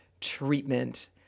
treatment